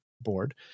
board